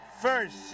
first